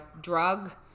drug